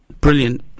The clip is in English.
Brilliant